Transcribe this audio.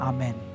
Amen